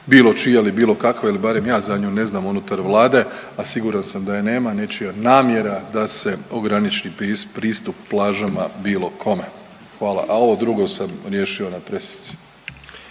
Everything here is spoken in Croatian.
bilo čija ili bilo kakva ili barem ja za nju ne znam unutar Vlade, a siguran sam da je nema, nečija namjera da se ograniči pristup plažama bilo kome. Hvala, a ovo drugo sam riješio na presici.